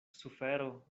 sufero